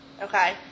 Okay